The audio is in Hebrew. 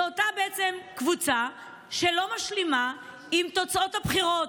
זו בעצם אותה קבוצה שלא משלימה עם תוצאות הבחירות,